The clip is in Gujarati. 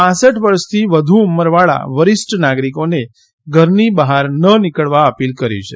પાંસઠ વર્ષથી વધુ ઉંમરવાળા વરિષ્ઠ નાગરિકોને ઘરની બહાર ન નિકળવા અપીલ કરી છે